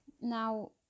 Now